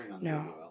no